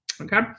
Okay